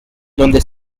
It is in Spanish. donde